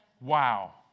Wow